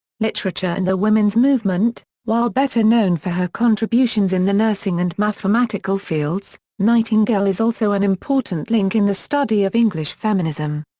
literature and the women's movement while better known for her contributions in the nursing and mathematical fields, nightingale is also an important link in the study of english feminism.